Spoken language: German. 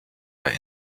bei